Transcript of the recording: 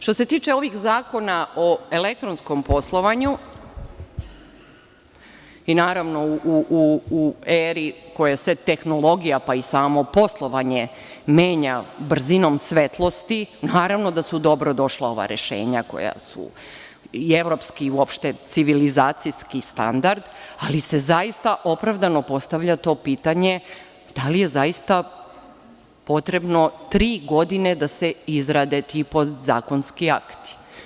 Što se tiče ovih zakona o elektronskom poslovanju, naravno, u eri u kojoj se tehnologija, a i samo poslovanje, menja brzinom svetlosti, naravno da su dobrodošla ova rešenja koja su i evropski i civilizacijski standard, ali se zaista opravdano postavlja to pitanje, da li je zaista potrebno tri godine da se izrade ti podzakonski akti.